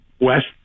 West